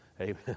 Amen